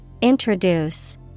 Introduce